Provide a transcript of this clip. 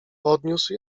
podniósł